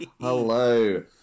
Hello